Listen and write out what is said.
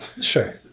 sure